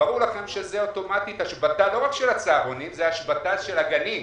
ברור לכם שזאת אוטומטית השבתה לא רק של הצהרונים אלא זו השבתה של הגנים.